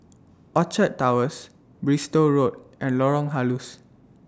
Orchard Towers Bristol Road and Lorong Halus